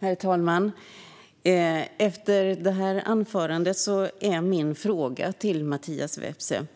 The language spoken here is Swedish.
Herr talman! Efter detta anförande är min fråga till Mattias Vepsä